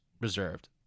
reserved